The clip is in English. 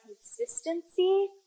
consistency